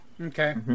Okay